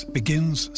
begins